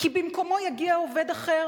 כי במקומו יגיע עובד אחר